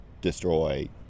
destroy